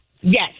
yes